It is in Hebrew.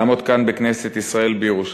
לעמוד כאן בכנסת ישראל בירושלים,